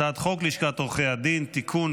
הצעת חוק לשכת עורכי הדין (תיקון,